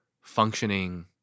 functioning